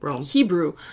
Hebrew